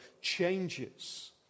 changes